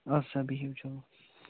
اَدٕ سا بِہِو چلو